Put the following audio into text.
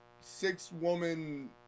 six-woman